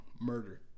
Murder